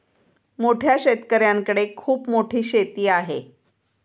मोठ्या शेतकऱ्यांकडे खूप मोठी शेती आहे